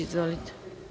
Izvolite.